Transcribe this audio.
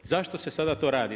Zašto se sada to radi?